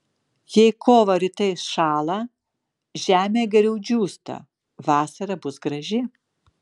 jei kovą rytais šąla žemė geriau džiūsta vasara bus graži